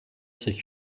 sich